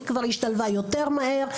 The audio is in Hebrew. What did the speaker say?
היא כבר השתלבה יותר מהר.